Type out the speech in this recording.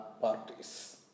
parties